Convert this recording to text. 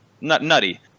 Nutty